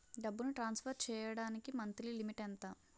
డబ్బును ట్రాన్సఫర్ చేయడానికి monthly limit ఎంత?